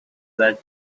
jazz